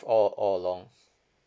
all all along